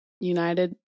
United